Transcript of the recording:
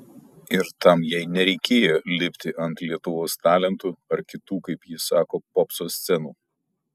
ir tam jai nereikėjo lipti ant lietuvos talentų ar kitų kaip ji sako popso scenų